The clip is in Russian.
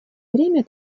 время